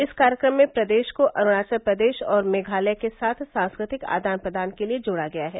इस कार्यक्रम में प्रदेश को अरुणाचल प्रदेश और मेघालय के साथ सांस्कृतिक आदान प्रदान के लिए जोड़ा गया है